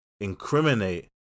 incriminate